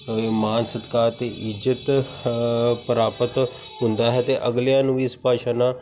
ਮਾਣ ਸਤਿਕਾਰ ਅਤੇ ਇੱਜ਼ਤ ਪ੍ਰਾਪਤ ਹੁੰਦਾ ਹੈ ਅਤੇ ਅਗਲਿਆਂ ਨੂੰ ਵੀ ਇਸ ਭਾਸ਼ਾ ਨਾਲ਼